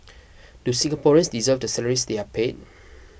do Singaporeans deserve the salaries they are paid